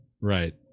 Right